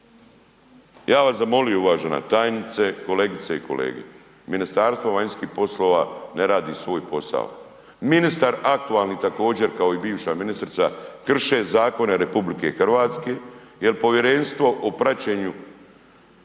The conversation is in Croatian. bi vas zamolio uvažena tajnice, kolegice i kolege, Ministarstvo vanjskih poslova ne radi svoj posao. Ministar aktualni također kao i bivša ministrica krše zakone RH jer povjerenstvo o praćenju